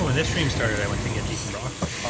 um and this stream started i went to get beef and broccoli.